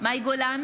מאי גולן,